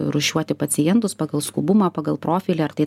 rūšiuoti pacientus pagal skubumą pagal profilį ar tai